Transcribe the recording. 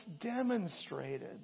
demonstrated